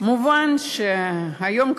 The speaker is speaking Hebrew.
מובן שהיום,